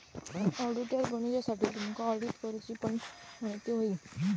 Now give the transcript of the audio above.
auditor बनुच्यासाठी तुमका audit करूची पण म्हायती होई